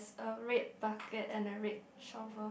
a red bucket and a red shovel